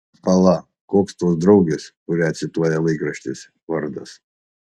pala koks tos draugės kurią cituoja laikraštis vardas